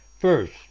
First